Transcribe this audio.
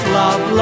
love